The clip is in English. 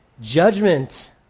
Judgment